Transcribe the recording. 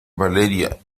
valeria